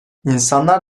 i̇nsanlar